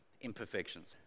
imperfections